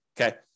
okay